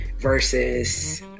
versus